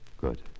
Good